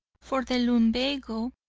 for the lumbago,